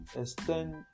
extend